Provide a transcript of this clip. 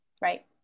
right